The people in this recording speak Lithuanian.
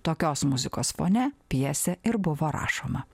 tokios muzikos fone pjesė ir buvo rašoma